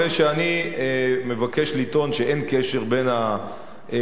הרי שאני מבקש לטעון שאין קשר בין הדברים.